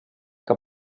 que